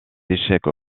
échecs